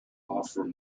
offers